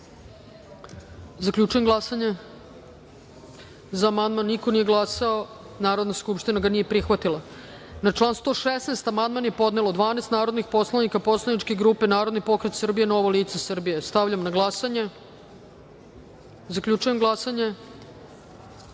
niko nije glasao za ovaj amandman. Narodna skupština ga nije prihvatila. Na član 118. amandman je podnelo 12 narodnih poslanika poslaničke grupe Narodni pokret Srbije-Novo lice Srbije. Stavljam na glasanje. Zaključujem glasanje: